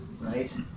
right